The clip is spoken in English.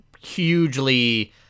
hugely